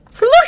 Look